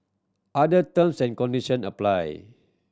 other terms and condition apply